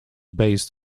based